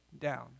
down